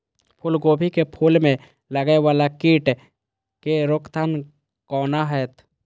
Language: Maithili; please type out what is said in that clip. फुल गोभी के फुल में लागे वाला कीट के रोकथाम कौना हैत?